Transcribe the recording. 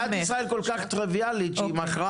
מדינת ישראל כל כך טריוויאלית שהיא מכרה